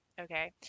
Okay